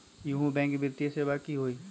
इहु बैंक वित्तीय सेवा की होई?